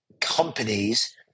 companies